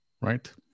right